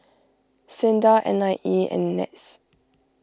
Sinda N I E and NETS